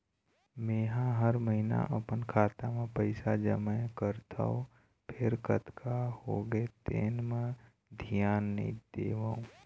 मेंहा हर महिना अपन खाता म पइसा जमा करथँव फेर कतका होगे तेन म धियान नइ देवँव